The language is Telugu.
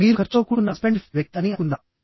మీరు ఖర్చుతో కూడుకున్న వ్యక్తి అని అనుకుందాం